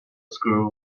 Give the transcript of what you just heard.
screw